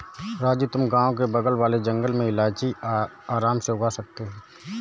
राजू तुम गांव के बगल वाले जंगल में इलायची आराम से उगा सकते हो